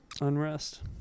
unrest